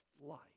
life